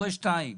"הורה 2"?